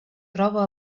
troba